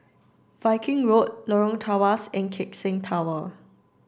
Viking Road Lorong Tawas and Keck Seng Tower